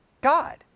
God